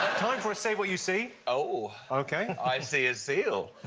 time for a say what you see. oh! ok. i see a seal.